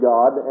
God